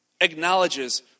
acknowledges